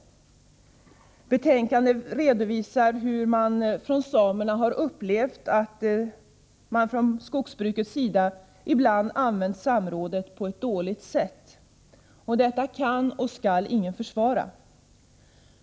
Betänkandet redovisar hur samerna upplevt att man från skogsbrukets sida ibland använt samrådet på ett dåligt sätt. Detta kan och skall ingen försvara.